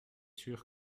sûr